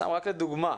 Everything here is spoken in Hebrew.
רק לדוגמה,